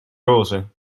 roze